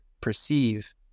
perceive